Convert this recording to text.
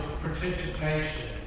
participation